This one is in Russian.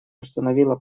установила